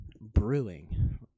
brewing